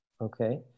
Okay